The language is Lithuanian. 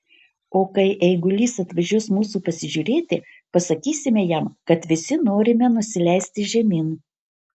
o kai eigulys atvažiuos mūsų pasižiūrėti pasakysime jam kad visi norime nusileisti žemyn